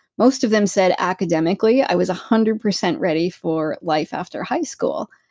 most of them said academically, i was a hundred percent ready for life after high school.